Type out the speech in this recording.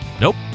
Nope